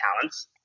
talents